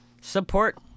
Support